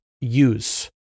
use